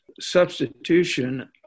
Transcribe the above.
substitution